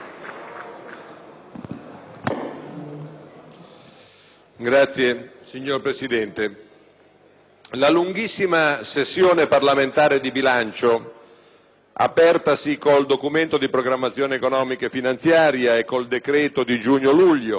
la lunghissima sessione parlamentare di bilancio, apertasi con il Documento di programmazione economico-finanziaria e con il decreto di giugno-luglio e proseguita con l'emanazione di numerosi decreti che ne correggono questo o quell'aspetto,